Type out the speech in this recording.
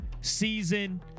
season